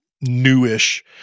newish